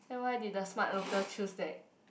then why did The-Smart-Local choose that